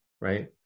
right